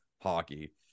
hockey